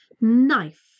Knife